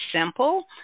simple